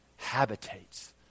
habitates